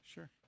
Sure